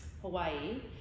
Hawaii